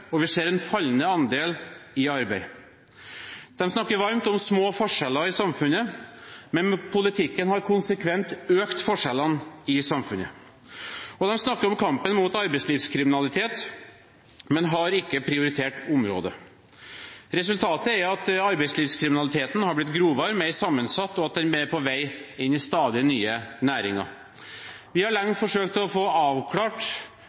og vi ser en fallende andel i arbeid. De snakker varmt om små forskjeller i samfunnet, men politikken har konsekvent økt forskjellene i samfunnet. Og de snakker om kampen mot arbeidslivskriminalitet, men har ikke prioritert området. Resultatet er at arbeidslivskriminaliteten har blitt grovere og mer sammensatt, og at den er på vei inn i stadig nye næringer. Vi har lenge forsøkt å få avklart